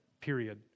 period